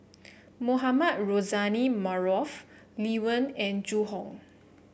Mohamed Rozani Maarof Lee Wen and Zhu Hong